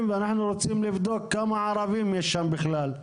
ואנחנו רוצים לבדוק כמה ערבים יש שם בכלל.